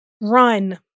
run